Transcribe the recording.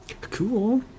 Cool